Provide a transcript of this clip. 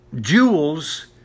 jewels